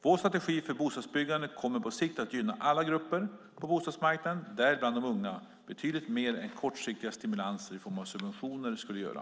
Vår strategi för bostadsbyggande kommer på sikt att gynna alla grupper på bostadsmarknaden, däribland de unga, betydligt mer än kortsiktiga stimulanser i form av subventioner skulle göra.